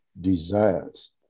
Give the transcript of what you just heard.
desires